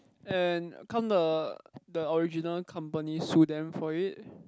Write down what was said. and can't the the original company sue them for it